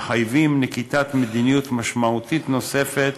מחייבים נקיטת מדיניות משמעותית נוספת,